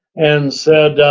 and said,